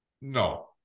no